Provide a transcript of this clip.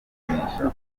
kwisuzumisha